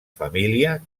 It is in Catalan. família